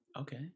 Okay